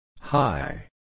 Hi